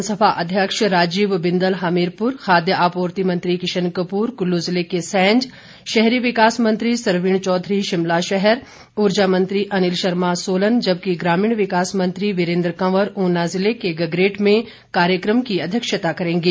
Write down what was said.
विधानसभा अध्यक्ष राजीव बिंदल हमीरपुर खाद्य आपूर्ति मंत्री किशन कपूर कुल्लू ज़िले के सैंज शहरी विकास मंत्री सरवीण चौधरी शिमला शहर ऊर्जा मंत्री अनिल शर्मा सोलन जबकि ग्रामीण विकास मंत्री वीरेन्द्र कंवर ऊना ज़िले के गगरेट में कार्यक्रम की अध्यक्षता करेंगे